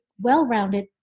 well-rounded